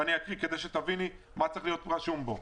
ואני אקריא כדי שתביני מה צריך להיות רשום בו: